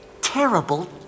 terrible